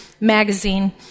magazine